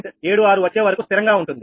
76 వచ్చే వరకు స్థిరంగా ఉంటుంది